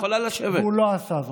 והוא לא עשה זאת.